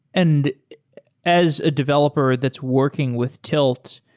and as a developer that's working with tilt,